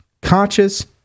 Conscious